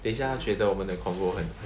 等一下他觉得我们的 convo 很